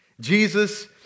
Jesus